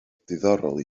diddorol